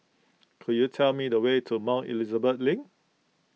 could you tell me the way to Mount Elizabeth Link